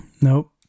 Nope